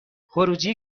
خروجی